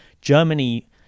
Germany